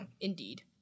indeed